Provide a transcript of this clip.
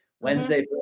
Wednesday